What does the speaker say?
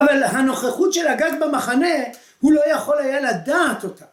אבל הנוכחות של הגג במחנה הוא לא יכול היה לדעת אותה